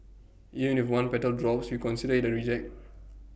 even if one petal drops we consider IT A reject